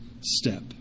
step